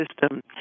system